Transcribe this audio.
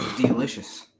delicious